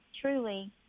truly